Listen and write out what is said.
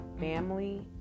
family